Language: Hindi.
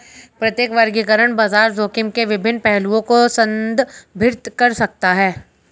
प्रत्येक वर्गीकरण बाजार जोखिम के विभिन्न पहलुओं को संदर्भित कर सकता है